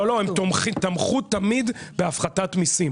לא לא הם תמכו תמיד בהפחתת מיסים.